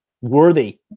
worthy